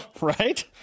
Right